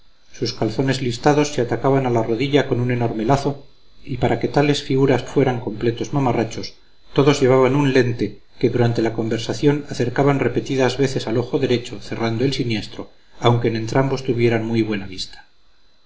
sus calzones listados se atacaban a la rodilla con un enorme lazo y para que tales figuras fueran completos mamarrachos todos llevaban un lente que durante la conversación acercaban repetidas veces al ojo derecho cerrando el siniestro aunque en entrambos tuvieran muy buena vista